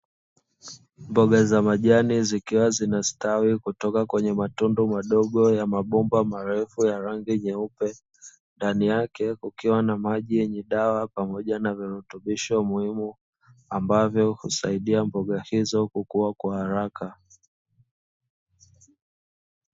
Mboga za majani zikiwa zinastawi kutoka kwenye matundu madogo ya mabomba marefu ya rangi nyeupe, ndani yake kukiwa na maji yenye dawa pamoja na virutubisho muhimu ambavyo husaidia mboga hizo kukua kwa haraka.